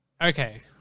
okay